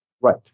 right